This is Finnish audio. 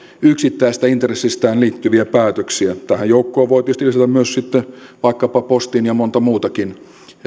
yksittäisestä intressistään asioihin liittyviä päätöksiä tähän joukkoon voi tietysti lisätä myös sitten vaikkapa postin ja monta muutakin